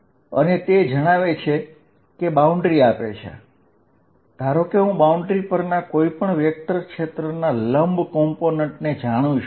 અને તે જણાવે છે કે આપેલી બાઉન્ડ્રી પરના કોઈપણ વેક્ટર ક્ષેત્રના લંબ ઘટકને હું જાણું છું